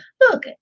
look